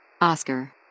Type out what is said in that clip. Oscar